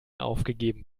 aufgegeben